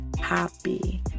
happy